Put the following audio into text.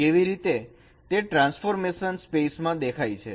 કેવી રીતે તે ટ્રાન્સપોર્ટ સ્પેસમાં દેખાય છે